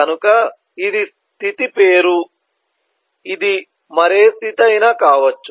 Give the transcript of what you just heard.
కనుక ఇది స్థితి పేరు ఇది మరే స్థితి అయినా కావచ్చు